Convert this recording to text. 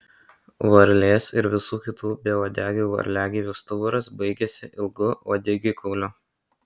varlės ir visų kitų beuodegių varliagyvių stuburas baigiasi ilgu uodegikauliu